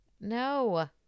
No